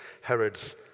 Herod's